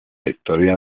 historia